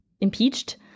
impeached